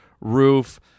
roof